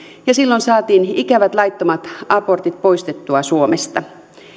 ja silloin saatiin ikävät laittomat abortit poistettua suomesta